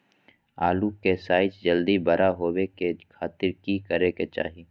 आलू के साइज जल्दी बड़ा होबे के खातिर की करे के चाही?